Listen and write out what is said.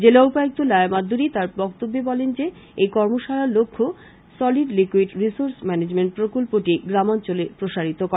জেলা উপায়ুক্ত লায়া মাদ্দুরী তার বক্তব্যে বলেন যে এই কর্মশালার লক্ষ্যে সলিড লিকইড রির্সোস ম্যানেজমেন্ট প্রকল্পটি গ্রামাঞ্চলেও প্রসারিত করা